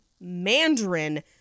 mandarin